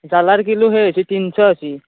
জালাৰ kilo সেই হৈছি তিনিশ হৈছি